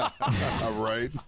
Right